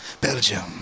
Belgium